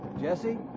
Jesse